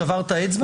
שברת את האצבע?